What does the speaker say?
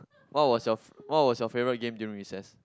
what was your what was your favourite game during recess